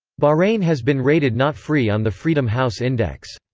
bahrain has been rated not free on the freedom house index.